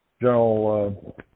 General